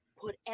Put